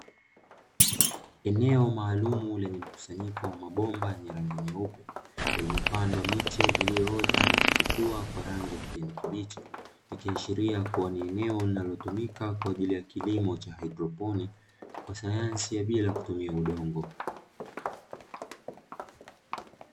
Eneo maalumu lenye mkusanyiko wa mabomba yenye rangi nyeupe iliyopandwa miche iliyoota na kuchipua kwa rangi ya kijani kibichi, ikiashiria kuwa ni eneo linalotumika kwa ajili ya kilimo cha hydroponi kwa sayansi ya bila kutumia udongo.